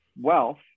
wealth